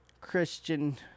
Christian